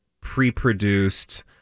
pre-produced